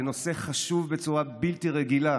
זה נושא חשוב בצורה בלתי רגילה,